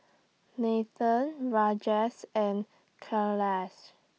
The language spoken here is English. Nathan Rajesh and Kailash